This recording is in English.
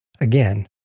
Again